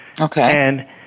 Okay